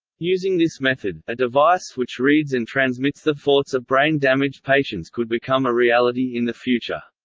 using this method, a device which reads and transmits the thoughts of brain-damaged patients could become a reality in the future.